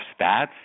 stats